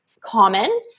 common